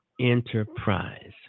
enterprise